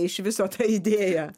iš viso ta idėja